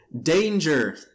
danger